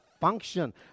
function